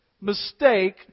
mistake